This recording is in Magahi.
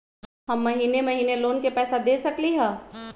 हम महिने महिने लोन के पैसा दे सकली ह?